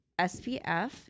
SPF